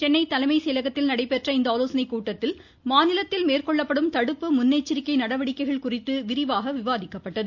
சென்னை தலைமை செயலகத்தில் நடைபெற்ற இந்த ஆலோசனை கூட்டத்தில் மாநிலத்தில் மேற்கொள்ளப்படும் தடுப்பு முன்னெச்சரிக்கை நடவடிக்கைகள் குறித்து விரிவாக விவாதிக்கப்பட்டது